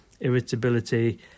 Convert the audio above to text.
irritability